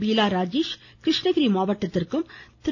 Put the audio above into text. பீலா ராஜேஷ் கிருஷ்ணகிரி மாவட்டத்திற்கும் திரு